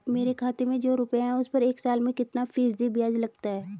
मेरे खाते में जो रुपये हैं उस पर एक साल में कितना फ़ीसदी ब्याज लगता है?